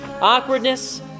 awkwardness